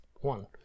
one